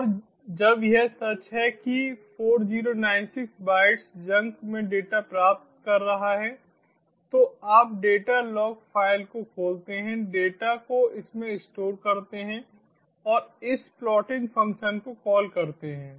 और जब यह सच है कि यह 4096 बाइट्स जंक में डेटा प्राप्त कर रहा हैतो आप डेटा लॉग फ़ाइल को खोलते हैं डेटा को इसमें स्टोर करते हैं और इस प्लॉटिंग फ़ंक्शन को कॉल करते हैं